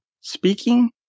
speaking